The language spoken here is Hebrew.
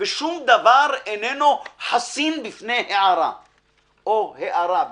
ושום דבר איננו חסין מפני הערה או הארה.